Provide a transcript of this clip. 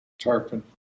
Tarpon